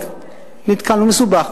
זה מסובך.